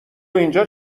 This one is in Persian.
اینجا